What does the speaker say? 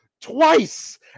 twice